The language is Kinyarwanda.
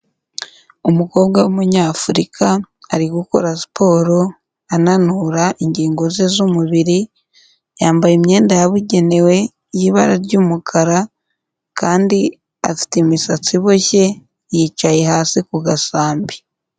Umukobwa w'umunyafurika ari gukora siporo ananura ingingo ze z'umubiri, yambaye imyenda yabugenewe y'ibara ry'umukara kandi afite imisatsi iboshye, yicaye hasi ku gasambi.